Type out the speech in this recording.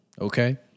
Okay